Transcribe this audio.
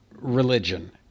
religion